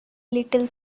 little